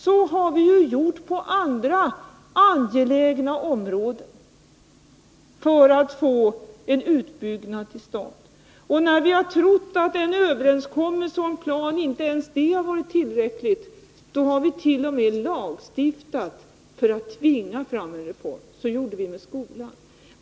Så har vi ju gjort på andra angelägna områden för att få en utbyggnad till stånd, och när vi har trott att inte ens en överenskommelse om en plan har varit tillräcklig, då har vit.o.m. lagstiftat för att tvinga fram en reform. Så gjorde vi med skolan.